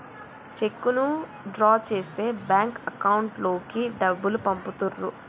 చెక్కును డ్రా చేస్తే bank account లోకి డబ్బులు పంపుతుర్రు